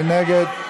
מי נגד?